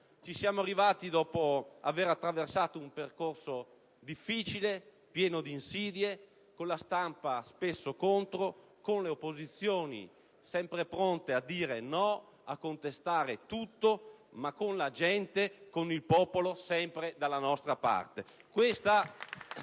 Ci siamo arrivati dopo aver attraversato un percorso difficile, pieno di insidie, con la stampa spesso contro, con le opposizioni sempre pronte a dire no e a contestare tutto, ma con la gente e con il popolo sempre dalla nostra parte.